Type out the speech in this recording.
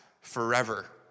forever